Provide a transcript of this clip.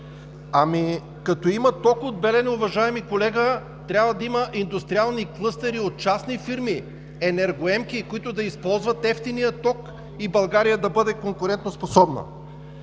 Като има ток от „Белене“, уважаеми колега, трябва да има индустриални клъстери от частни фирми – енергоемки, които да използват евтиния ток и България да бъде конкурентоспособна.